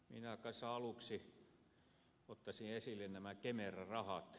minä kanssa aluksi ottaisin esille nämä kemera rahat